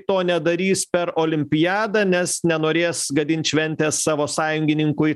to nedarys per olimpiadą nes nenorės gadint šventės savo sąjungininkui